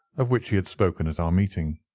of which he had spoken at our meeting.